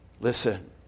Listen